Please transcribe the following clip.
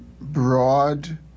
broad